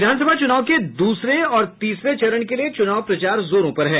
विधानसभा चुनाव के दूसरे और तीसरे चरण के लिए चुनाव प्रचार जोरों पर है